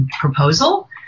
proposal